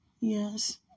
Yes